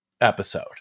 episode